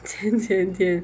前前天